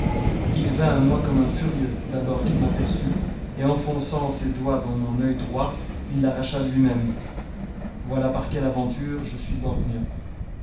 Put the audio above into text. il vint à moi comme un furieux d'abord qu'il m'aperçut et enfonçant ses doigts dans mon oeil droit il l'arracha lui-même voilà par quelle aventure je suis borgne